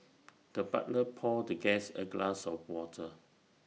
the butler poured the guest A glass of water